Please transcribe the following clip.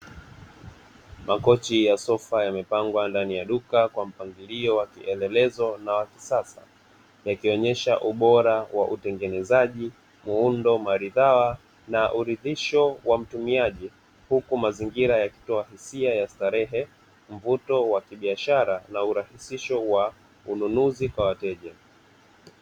Makochi ya sofa yamepangwa ndani ya duka kwa mpangilio wa kielelezo na wa kisasa yakionyesha ubora wa utengenezaji, muundo maridhawa na uridhisho wa mtumiaji, huku mazingira yakitoa hisia ya starehe, mvuto wa kibiashara na urahisisho wa ununuzi kwa wateja.